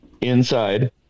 inside